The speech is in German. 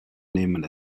nehmen